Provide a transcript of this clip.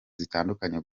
zitandukanye